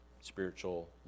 spiritual